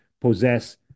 possess